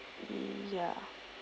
ya